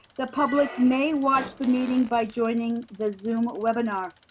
the public may watch the meeting by joining the zoom webinar.